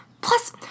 Plus